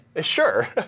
Sure